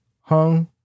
hung